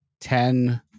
ten